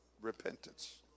repentance